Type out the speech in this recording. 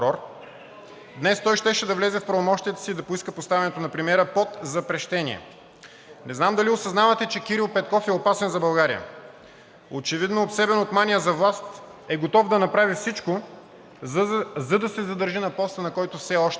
днес той щеше да влезе в правомощията си да поиска поставянето на премиера под запрещение. Не знам дали осъзнавате, че Кирил Петков е опасен за България. Очевидно, обсебен от мания за власт, е готов да направи всичко, за да се задържи на поста, на който все още е.